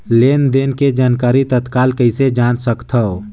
लेन देन के जानकारी तत्काल कइसे जान सकथव?